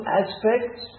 aspects